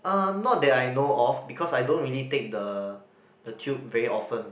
um not that I know of because I don't really take the the Tube very often